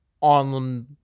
on